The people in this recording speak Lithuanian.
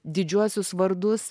didžiuosius vardus